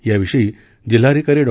याविषयी जिल्हाधिकारी डॉ